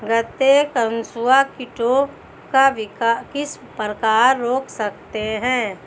गन्ने में कंसुआ कीटों को किस प्रकार रोक सकते हैं?